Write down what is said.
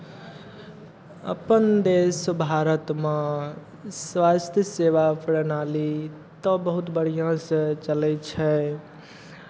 अपन देश भारतमे स्वास्थ्य सेवा प्रणाली तऽ बहुत बढ़िआँसँ चलै छै